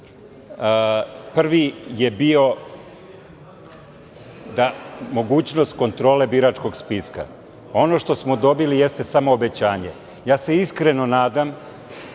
Prvi je bio mogućnost kontrole biračkog spiska. Ono što smo dobili jeste samo obećanje. Iskreno se nadam